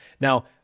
Now